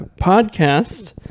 podcast